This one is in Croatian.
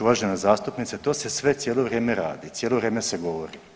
Uvažena zastupnice to se sve cijelo vrijeme radi, cijelo vrijeme se govori.